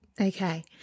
Okay